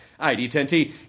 ID10T